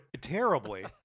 terribly